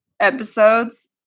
episodes